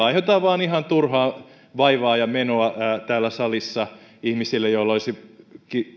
aiheutetaan vain ihan turhaa vaivaa ja menoa täällä salissa ihmisille joilla olisi